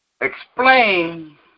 Explain